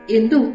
Indu